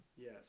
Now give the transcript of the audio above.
Yes